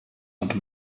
not